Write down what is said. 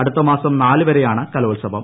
അടുത്തമാസം നാലു വരെയാണ് കലോത്സവം